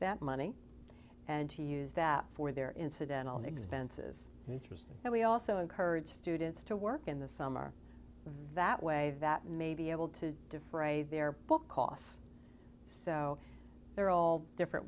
that money and to use that for their incidental expenses interest and we also encourage students to work in the summer that way that may be able to defray their book costs so there are all different